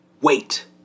wait